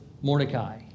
Mordecai